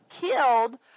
killed